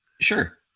Sure